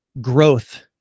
growth